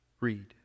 read